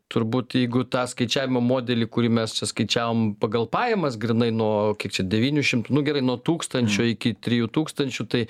turbūt jeigu tą skaičiavimo modelį kurį mes čia skaičiavom pagal pajamas grynai nuo kiek čia devynių šimtų nu gerai nuo tūkstančio iki trijų tūkstančių tai